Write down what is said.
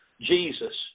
Jesus